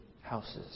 houses